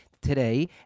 today